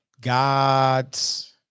God's